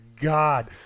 God